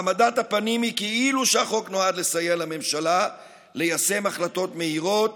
העמדת הפנים היא כאילו שהחוק נועד לסייע לממשלה ליישם החלטות מהירות